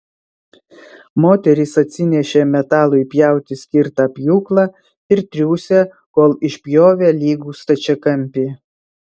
moterys atsinešė metalui pjauti skirtą pjūklą ir triūsė kol išpjovė lygų stačiakampį